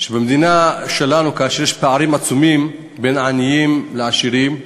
שבמדינה שלנו יש בה פערים עצומים בין העניים לעשירים,